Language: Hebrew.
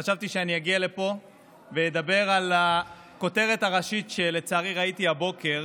חשבתי שאני אגיע לפה ואדבר על הכותרת הראשית שלצערי ראיתי הבוקר,